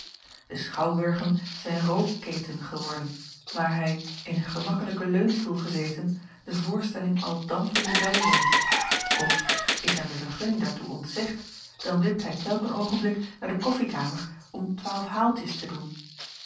e schouwburgen zijn rookketen geworden waar hij in een gemakkelijken leunstoel gezeten de voorstelling al dampende bijwoont of is hem de vergunning daartoe ontzegd dan wipt hij telken oogenblik naar de koffiekamer om twaalf haaltjes te doen